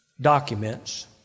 documents